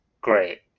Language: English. great